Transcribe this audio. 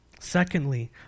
Secondly